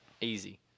Easy